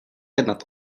jednat